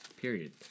period